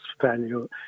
value